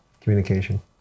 communication